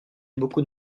beaucoup